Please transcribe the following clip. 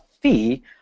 fee